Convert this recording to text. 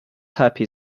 happy